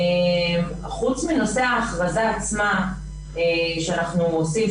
חוץ מנושא ההכרזה עצמה שאנחנו עושים,